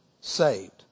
saved